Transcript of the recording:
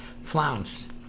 flounced